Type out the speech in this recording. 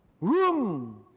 room